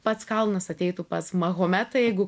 pats kalnas ateitų pas mahometą jeigu